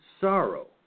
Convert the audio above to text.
sorrow